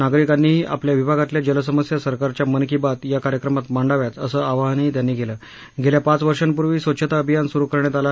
नागरिकांनीही आपल्या विभागातल्या जलसमस्या सरकारच्या मन की बात या कार्यक्रमात मांडाव्यात असं आवाहनही त्यांनी केलं पाच वर्षापुर्वी स्वच्छता अभियान सुरू करण्यात आलं